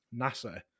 NASA